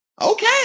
Okay